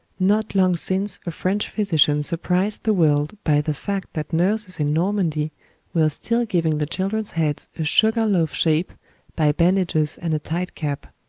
not long since a french physician surprised the world by the fact that nurses in normandy were still giving the children's heads a sugar-loaf shape by bandages and a tight cap,